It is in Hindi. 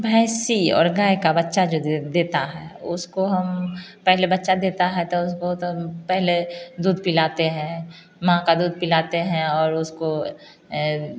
भैंस और गाय का बच्चा जो देता है उसको हम पहले बच्चा देता है तो उसको तब पहले दूध पिलातें हैं माँ का दूध पिलाते हैं और उसको